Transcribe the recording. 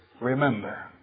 remember